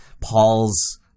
Paul's –